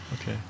okay